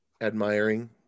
admiring